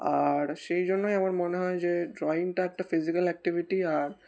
আর সেই জন্যই আমার মনে হয় যে ড্রয়িংটা একটা ফিজিক্যাল অ্যাক্টিভিটি আর